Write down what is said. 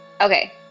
okay